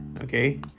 Okay